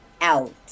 Out